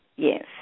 Yes